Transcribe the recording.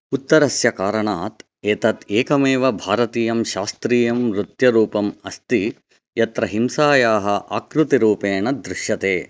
उत्तरस्य कारणात् एतत् एकमेव भारतीयं शास्त्रीयं नृत्यरूपम् अस्ति यत्र हिंसायाः आकृतिरूपेण दृश्यते